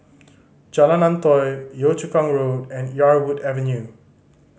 Jalan Antoi Yio Chu Kang Road and Yarwood Avenue